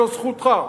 זו זכותך.